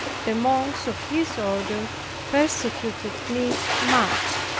the monks of his order persecuted me much.